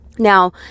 Now